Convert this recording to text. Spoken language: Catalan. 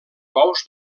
bous